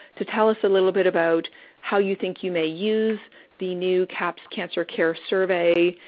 to tell us a little bit about how you think you may use the new cahps cancer care survey,